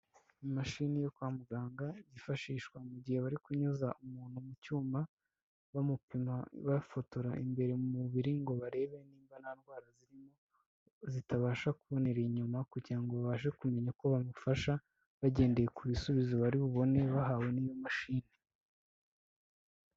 Imashini yo kwa muganga yifashishwa mu gihe bari kunyuza umuntu mu cyuma, bamupima bafotora imbere mu mubiri ngo barebera niba nta ndawara zirimo, zitabasha kubonera inyuma, kugira ngo babashe kumenya ko bamufasha bagendeye ku bisubizo bari bubone, bahawe n'iyo mashini.